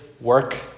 work